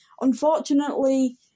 Unfortunately